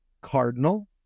cardinal